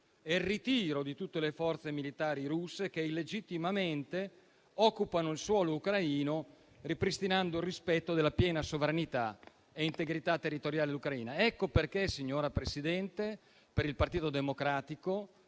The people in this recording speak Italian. e il ritiro di tutte le forze militari russe che illegittimamente occupano il suolo ucraino, ripristinando il rispetto della piena sovranità e integrità territoriale dell'Ucraina. Ecco perché, signor Presidente, per il Partito Democratico